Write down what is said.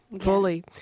fully